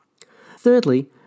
Thirdly